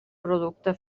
producte